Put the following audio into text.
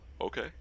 okay